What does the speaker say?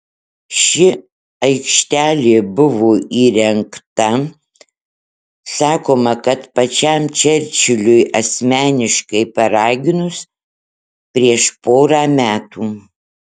ši aikštelė buvo įrengta sakoma kad pačiam čerčiliui asmeniškai paraginus prieš porą metų